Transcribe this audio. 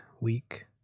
week